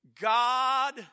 God